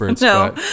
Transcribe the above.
No